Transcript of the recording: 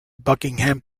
buckingham